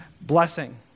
Blessing